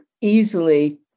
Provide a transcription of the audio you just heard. easily